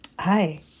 Hi